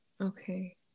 okay